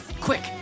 Quick